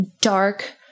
dark